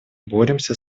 боремся